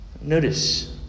Notice